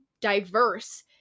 diverse